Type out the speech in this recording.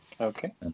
Okay